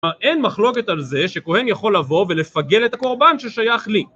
אין מחלוקת על זה שכהן יכול לבוא ולפגל את הקורבן ששייך לי